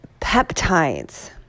peptides